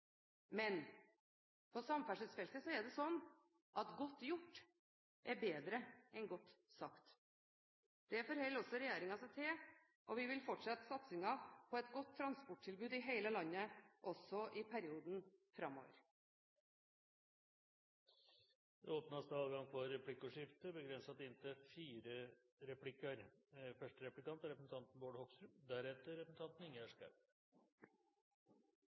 Men på samferdselsfeltet er det slik at godt gjort er bedre enn godt sagt. Det forholder også regjeringen seg til, og vi vil fortsette satsingen på et godt transporttilbud i hele landet også i perioden framover. Det blir replikkordskifte.